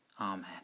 Amen